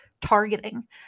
targeting